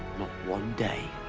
one day.